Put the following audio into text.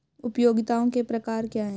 उपयोगिताओं के प्रकार क्या हैं?